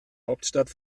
hauptstadt